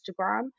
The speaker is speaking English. Instagram